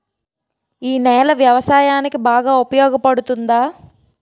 ఈ నేల వ్యవసాయానికి బాగా ఉపయోగపడుతుందా?